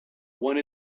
one